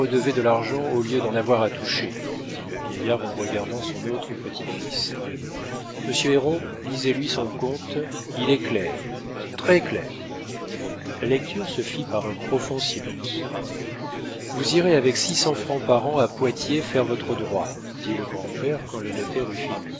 de l'argent au lieu d'en avoir à toucher dit le vieillard en regardant son autre petit-fils monsieur héron lisez lui son compte il est clair très clair la lecture se fit par un profond silence vous irez avec six cents francs par an à poitiers faire votre droit dit le grand-père quand le notaire eut fini